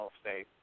state